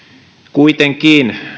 kuitenkin